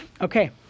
Okay